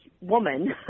woman